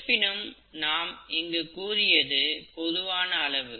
இருப்பினும் நாம் இங்கு கூறியது பொதுவான அளவு